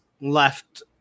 left